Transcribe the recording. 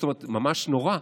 זאת אומרת, ממש נורא: